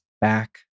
back